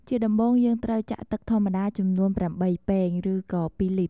ជាដំំបូងយើងត្រូវចាក់ទឹកធម្មតាចំនួន ៨ពែង ឬក៏២លីត្រ